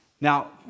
Now